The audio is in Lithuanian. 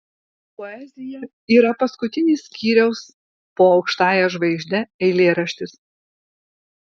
poezija yra paskutinis skyriaus po aukštąja žvaigžde eilėraštis